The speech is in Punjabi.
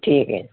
ਠੀਕ ਹੈ